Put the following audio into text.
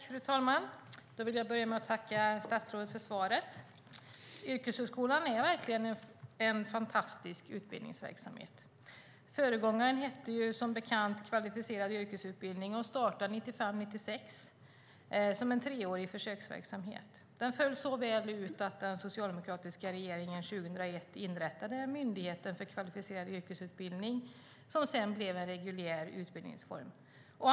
Fru talman! Jag vill börja med att tacka statsrådet för svaret. Yrkeshögskolan är verkligen en fantastisk utbildningsverksamhet. Föregångaren hette som bekant kvalificerad yrkesutbildning och startade 1995-1996 som en treårig försöksverksamhet. Den föll så väl ut att den socialdemokratiska regeringen 2001 inrättade Myndigheten för kvalificerad yrkesutbildning som sedan blev en reguljär utbildningsform.